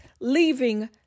leaving